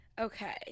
Okay